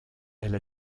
elle